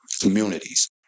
communities